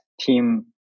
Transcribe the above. team